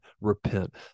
repent